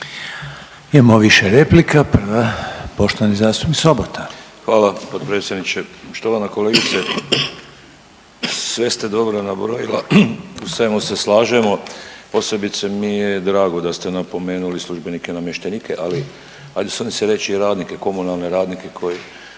Imamo više replika. Prva, poštovani zastupnik Sobota. **Sobota, Darko (HDZ)** Hvala potpredsjedniče. Štovana kolegice sve ste dobro nabrojila, u svemu se slažemo. Posebice mi je drago da ste napomenuli službenike i namještenike ali ajde usudim se i radnike, komunalne radnike koji